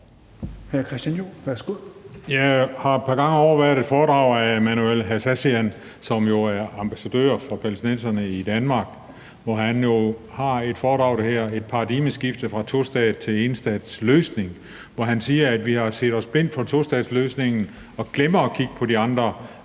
Jeg har et par gange overværet et foredrag af Manuel Hassassian, som jo er ambassadør for palæstinenserne i Danmark. Han har et foredrag om et paradigmeskifte fra tostats- til enstatsløsning, hvor han siger, at vi har set os blinde på tostatsløsningen og glemt at kigge på de andre